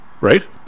right